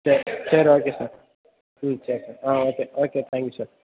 சரி சரி okay sir ம் சரி சார் ஆ okay okay thank you sir